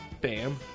Bam